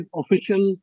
official